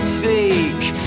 fake